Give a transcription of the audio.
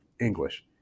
English